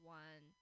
one